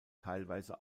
teilweise